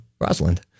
Rosalind